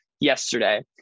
yesterday